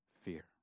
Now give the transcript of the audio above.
fear